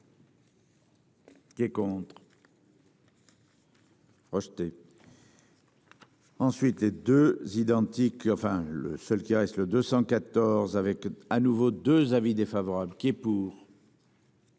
Qui est contre. Rejeté. Ensuite les 2 identique. Enfin, le seul qui reste le 214 avec à nouveau deux avis défavorable qui est pour.